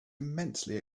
immensely